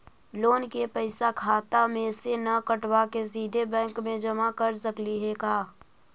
Loan के पैसा खाता मे से न कटवा के सिधे बैंक में जमा कर सकली हे का?